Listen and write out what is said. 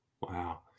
wow